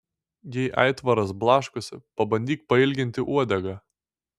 jei aitvaras blaškosi pabandyk pailginti uodegą